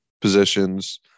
positions